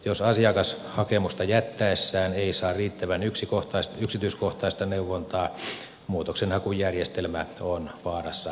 jos asiakas hakemusta jättäessään ei saa riittävän yksityiskohtaista neuvontaa muutoksenhakujärjestelmä on vaarassa kuormittua